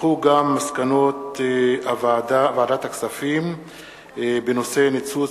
מסקנות ועדת הכספים בעקבות דיון מהיר בנושא: ניתוץ